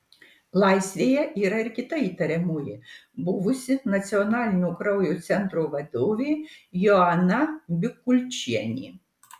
laisvėje yra ir kita įtariamoji buvusi nacionalinio kraujo centro vadovė joana bikulčienė